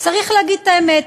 צריך לומר את האמת.